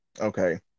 Okay